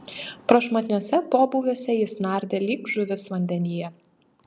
prašmatniuose pobūviuose jis nardė lyg žuvis vandenyje